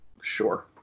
Sure